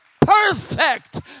perfect